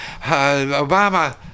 obama